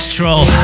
Troll